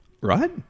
Right